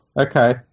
Okay